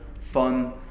fun